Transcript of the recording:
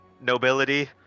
nobility